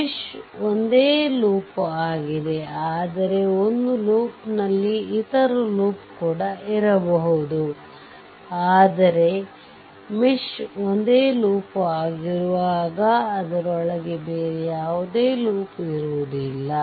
mesh ಒಂದೇ loop ಆಗಿದೆ ಆದರೆ ಒಂದು ಲೂಪ್ನಲ್ಲಿ ಇತರ ಲೂಪ್ ಕೂಡ ಇರಬಹುದು ಆದರೆ ಮೆಶ್ ಒಂದೇ ಲೂಪ್ ಆಗಿರುವಾಗ ಅದರೊಳಗೆ ಬೇರೆ ಯಾವುದೇ ಲೂಪ್ ಇರುವುದಿಲ್ಲ